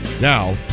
Now